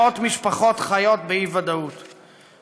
מאות משפחות חיות באי-ודאות,